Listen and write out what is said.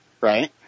right